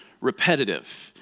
repetitive